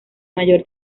mayor